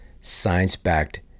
science-backed